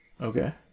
Okay